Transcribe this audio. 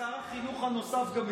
שר החינוך הנוסף גם מסכם.